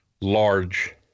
large